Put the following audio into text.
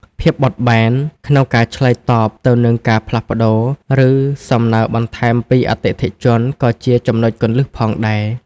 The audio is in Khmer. ភាពបត់បែន ក្នុងការឆ្លើយតបទៅនឹងការផ្លាស់ប្ដូរ ឬសំណើរបន្ថែមពីអតិថិជនក៏ជាចំណុចគន្លឹះផងដែរ។